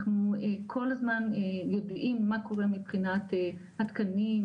אנחנו כל הזמן יודעים מה קורה מבחינת התקנים,